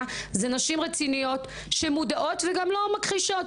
הן נשים רציניות שמודעות וגם לא מכחישות,